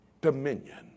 dominion